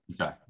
Okay